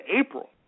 April